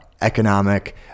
economic